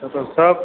एहिमे कतौ शक